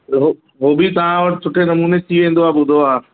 त हो हो बि तव्हां वटि सुठे नमूने थी वेंदो आहे ॿुधो आहे